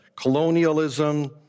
colonialism